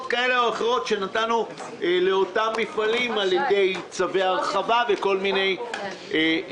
כאלה או אחרות שנתנו לאותם מפעלים על ידי צווי הרחבה וכל מיני נושאים.